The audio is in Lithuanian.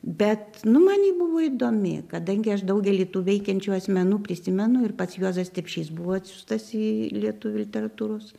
bet nu man jį buvo įdomi kadangi aš daugelį tų veikiančių asmenų prisimenu ir pats juozas stepšys buvo atsiųstas į lietuvių literatūros